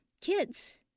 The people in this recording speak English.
kids